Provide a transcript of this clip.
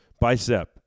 bicep